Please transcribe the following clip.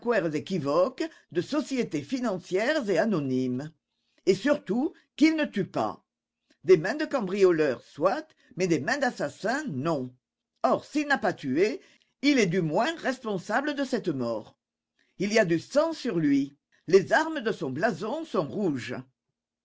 équivoques de sociétés financières et anonymes et surtout qu'il ne tue pas des mains de cambrioleur soit mais des mains d'assassin non or s'il n'a pas tué il est du moins responsable de cette mort il y a du sang sur lui les armes de son blason sont rouges